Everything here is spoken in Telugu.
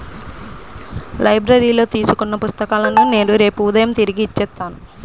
లైబ్రరీలో తీసుకున్న పుస్తకాలను నేను రేపు ఉదయం తిరిగి ఇచ్చేత్తాను